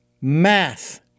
Math